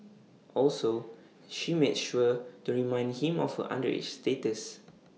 also she made sure to remind him of her underage status